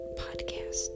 podcast